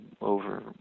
over